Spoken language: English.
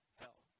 hell